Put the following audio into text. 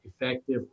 Effective